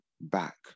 back